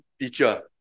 teacher